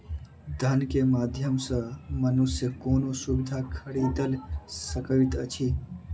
धन के माध्यम सॅ मनुष्य कोनो सुविधा खरीदल सकैत अछि